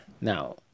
Now